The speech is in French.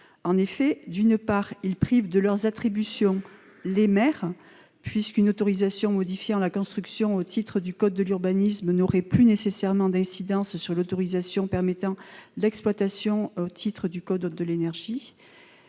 D'abord, il tend à priver de leurs attributions non seulement les maires, puisqu'une autorisation modifiant la construction au titre du code de l'urbanisme n'aurait plus nécessairement d'incidence sur l'autorisation permettant l'exploitation au titre du code de l'énergie,